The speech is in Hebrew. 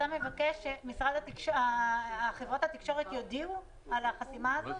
אתה מבקש שחברת התקשורת תודיע על החסימה הזאת?